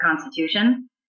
Constitution